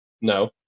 No